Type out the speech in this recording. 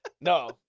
No